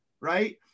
right